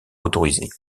motorisés